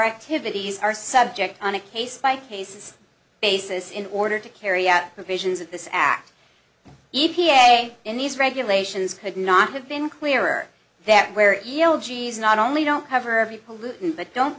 activities are subject on a case by case basis in order to carry out provisions of this act e p a in these regulations could not have been clearer that where not only don't cover of a pollutant but don't